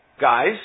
Guys